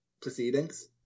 proceedings